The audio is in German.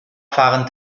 fahren